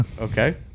Okay